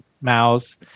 mouse